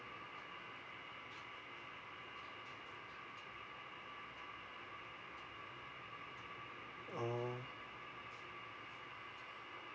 oh